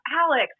Alex